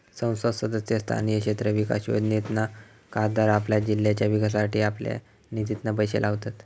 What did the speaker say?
संसद सदस्य स्थानीय क्षेत्र विकास योजनेतना खासदार आपल्या जिल्ह्याच्या विकासासाठी आपल्या निधितना पैशे लावतत